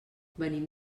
venim